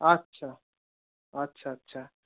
আচ্ছা আচ্ছা আচ্ছা